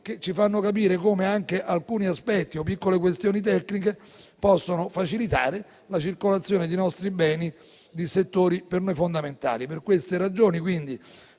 che ci fanno capire come anche alcuni aspetti o piccole questioni tecniche possono facilitare la circolazione dei nostri beni in settori per noi fondamentali. Per queste ragioni, forti